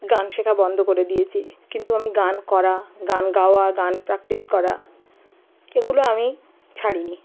গান শেখা বন্ধ করে দিয়েছি কিন্তু আমি গান করা গান গাওয়া গান প্র্যাকটিস করা এগুলো আমি ছাড়ি নি